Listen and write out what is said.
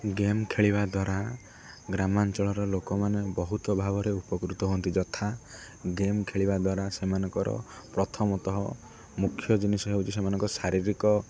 game ଖେଳିବା ଦ୍ୱାରା ଗ୍ରାମାଞ୍ଚଳର ଲୋକମାନେ ବହୁତ ଭାବରେ ଉପକୃତ ହୁଅନ୍ତି ଯଥା ଗେମ୍ ଖେଳିବା ଦ୍ୱାରା ସେମାନଙ୍କର ପ୍ରଥମତଃ ମୁଖ୍ୟ ଜିନିଷ ହେଉଛି ସେମାନଙ୍କ ଶାରୀରିକ